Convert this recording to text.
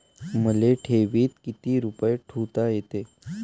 मले ठेवीत किती रुपये ठुता येते?